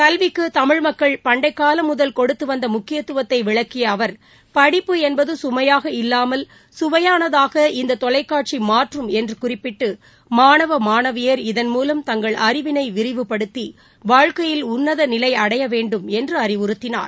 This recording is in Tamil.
கல்விக்கு தமிழ் மக்கள் பண்டைக்காலம் முதல் கொடுத்து வந்த முக்கியத்துவத்தை விளக்கிய அவர் படிப்பு என்பது கமையாக இல்லாமல் கவையானதாக இந்த தொலைக்காட்சி மாற்றும் என்று குறிப்பிட்டு இ மாணவ மாணவியர் இதன்மூலம் தங்கள் அறிவினை விரிவுபடுத்தி வாழ்க்கையில் உன்னத நிலை அடைய வேண்டும் என்று அறிவுறுத்தினார்